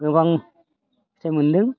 गोबां फिथाइ मोनदों